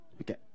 Okay